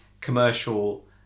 commercial